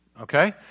Okay